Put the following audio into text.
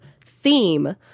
theme